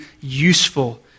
useful